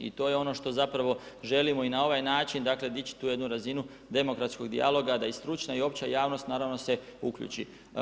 I to je ono što zapravo želimo i na ovaj način dakle dići tu jednu razinu demokratskog dijaloga da i stručna i opća javnost naravno se uključi.